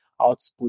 output